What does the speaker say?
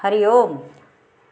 हरिः ओम्